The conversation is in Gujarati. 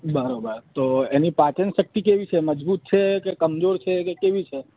બરાબર તો એની પાચનશક્તિ કેવી છે મજબૂત છે કે કમજોર છે કે કેવી છે